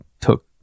took